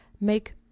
make